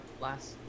last